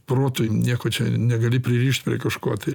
protui nieko čia negali pririšt prie kažko tai